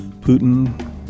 Putin